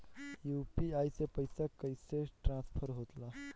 UPI से पैसा कैसे ट्रांसफर होला?